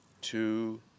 Two